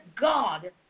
God